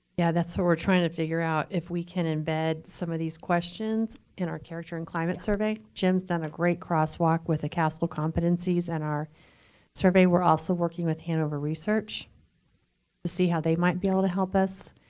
yeah, that's what we're trying to figure out if we can embed some of these questions in our character and climate survey. jim's done a great crosswalk with the castle competencies. in and our survey, we're also working with hanover research to see how they might be able to help us,